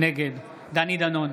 נגד דני דנון,